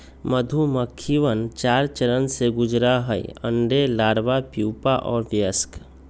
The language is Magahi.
मधुमक्खिवन चार चरण से गुजरा हई अंडे, लार्वा, प्यूपा और वयस्क